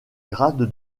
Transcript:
grade